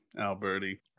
Alberti